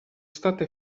stata